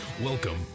Welcome